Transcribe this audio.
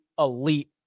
elite